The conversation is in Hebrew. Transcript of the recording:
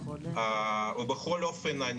ובכל אופן,